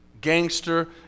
gangster